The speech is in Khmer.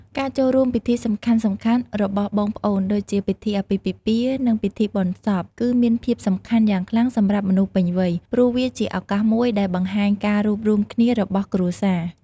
ការចូលរួមពិធីសំខាន់ៗរបស់បងប្អូនដូចជា ពិធីអាពាហ៍ពិពាហ៍ និងពិធីបុណ្យសព គឺមានភាពសំខាន់យ៉ាងខ្លាំងសម្រាប់មនុស្សពេញវ័យ ព្រោះវាជាឱកាសមួយដែលបង្ហាញការរួបរួមគ្នារបស់គ្រួសារ។